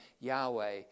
Yahweh